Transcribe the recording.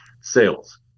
sales